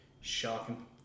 shocking